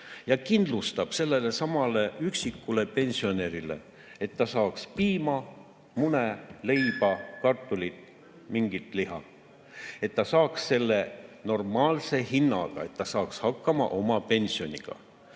ja kindlustab sellelesamale üksikule pensionärile, et ta saaks piima, mune, leiba, kartulit, mingit liha. Ja et ta saaks selle normaalse hinnaga, et ta saaks hakkama oma pensioniga.